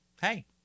hey